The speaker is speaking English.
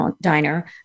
diner